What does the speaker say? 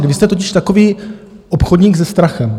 Vy jste totiž takový obchodník se strachem.